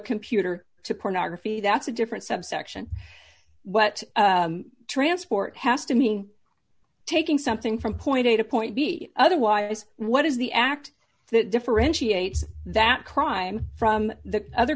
computer to pornography that's a different subsection but transport has to mean taking something from point a to point b otherwise what is the act that differentiates that crime from the other